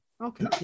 Okay